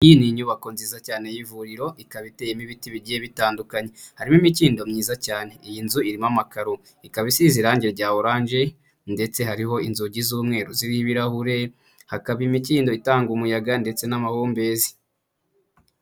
Iyi ni inyubako nziza cyane y'ivuriro ikaba iteyemo ibiti bigiye bitandukanye, harimo imikindo myiza cyane. Iyi nzu irimo amakaro, ikaba isize irangi rya orange, ndetse hariho inzugi z'umweru ziriho ibirahure, hakaba imikindo itanga umuyaga ndetse n'amahumbezi.